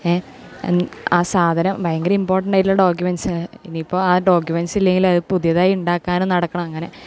ആ സാധനം ഭയങ്കര ഇമ്പോർട്ടൻറായിട്ടുള്ള ഡോക്യൂമെൻറ്റ്സാണ് ഇനി ഇപ്പോൾ ആ ഡോക്യൂമെൻ്സ് ഇല്ലെങ്കിലും പുതിയതായി ഉണ്ടാക്കാനും നടക്കണം അങ്ങനെ